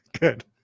Good